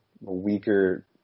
weaker